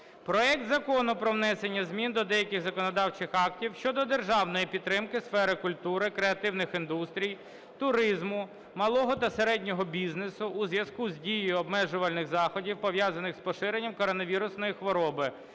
проект Закону про внесення змін до деяких законодавчих актів щодо державної підтримки сфери культури, креативних індустрій, туризму, малого та середнього бізнесу у зв'язку з дією обмежувальних заходів, пов'язаних із поширенням коронавірусної хвороби